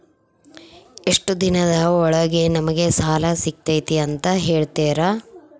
ಎಷ್ಟು ದಿನದ ಒಳಗೆ ನಮಗೆ ಸಾಲ ಸಿಗ್ತೈತೆ ಅಂತ ಹೇಳ್ತೇರಾ?